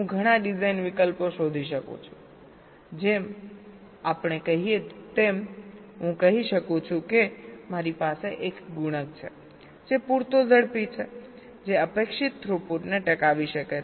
તેથી હવે હું ઘણા ડિઝાઇન વિકલ્પો શોધી શકું છુંજેમ આપણે કહીએ તેમ હું કહી શકું છું કે મારી પાસે એક ગુણક છે જે પૂરતો ઝડપી છે જે અપેક્ષિત થ્રુપુટ ને ટકાવી શકે છે